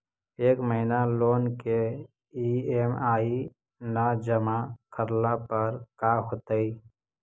एक महिना लोन के ई.एम.आई न जमा करला पर का होतइ?